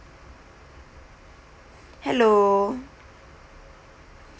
hello